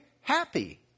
happy